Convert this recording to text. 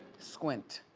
squint.